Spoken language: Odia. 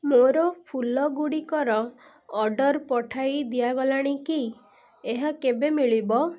ମୋର ଫୁଲ ଗୁଡ଼ିକର ଅର୍ଡ଼ର୍ ପଠାଇ ଦିଆଗଲାଣି କି ଏହା କେବେ ମିଳିବ